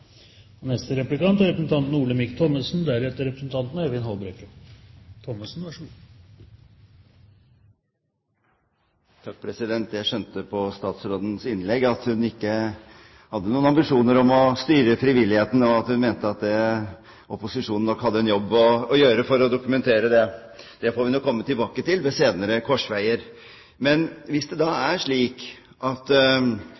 Jeg skjønte på statsrådens innlegg at hun ikke har ambisjoner om å styre frivilligheten, og at hun mener at opposisjonen har en jobb å gjøre for å dokumentere det. Det får vi nok komme tilbake til ved senere korsveier. Men hvis det er slik at statsråden gjerne ser en frivillig sektor som utvikler seg videre på egne premisser og på egen kjøl, hva er da